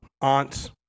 aunts